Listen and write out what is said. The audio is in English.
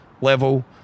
level